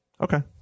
Okay